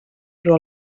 però